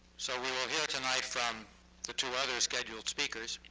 so we will hear tonight from the two others scheduled speakers.